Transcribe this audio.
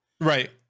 right